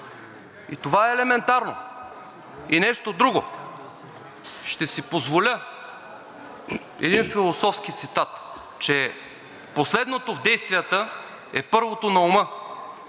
И това е елементарно! И нещо друго. Ще си позволя един философски цитат, че последното в действията е първото на ума,